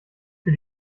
für